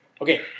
Okay